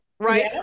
Right